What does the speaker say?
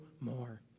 more